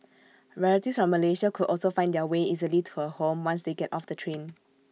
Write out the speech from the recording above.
relatives from Malaysia could also find their way easily to her home once they got off the train